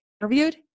interviewed